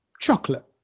chocolate